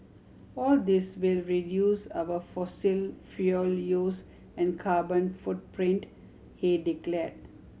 all this will reduce our fossil fuel use and carbon footprint he declared